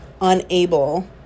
unable